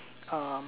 um